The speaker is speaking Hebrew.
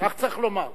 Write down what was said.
כך צריך לומר.